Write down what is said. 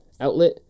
outlet